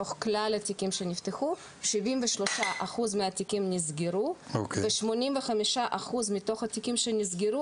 מתוך כלל התיקים שנפתחו 73% מהתיקים נסגרו ו-85% מתוך התיקים שנסגרו,